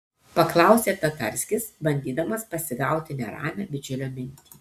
paklausė tatarskis bandydamas pasigauti neramią bičiulio mintį